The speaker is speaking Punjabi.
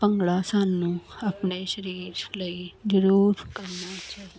ਭੰਗੜਾ ਸਾਨੂੰ ਆਪਣੇ ਸਰੀਰ ਲਈ ਜ਼ਰੂਰ ਕਰਨਾ ਚਾਹੀਦਾ